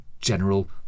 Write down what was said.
general